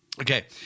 Okay